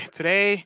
Today